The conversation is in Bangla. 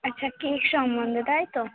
আচ্ছা কেক সম্বন্ধে তাই তো